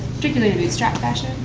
particularly the bootstrap fashion,